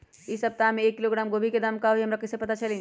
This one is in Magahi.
इ सप्ताह में एक किलोग्राम गोभी के दाम का हई हमरा कईसे पता चली?